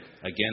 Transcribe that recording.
Again